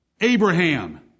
Abraham